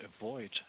avoid